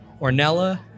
Ornella